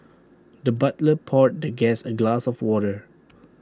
the butler poured the guest A glass of water